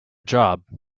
job